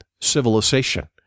civilization